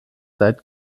seit